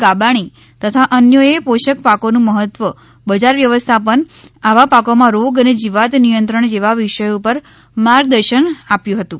ગાબાણી તથા અન્યોએ પોષક પાકોનું મહત્વ બજાર વ્યવસ્થાપન આવા પાકોમાં રોગ અને જીવાત નિયંત્રણ જેવા વિષયો ઉપર માર્ગદર્શન આપ્યું હતું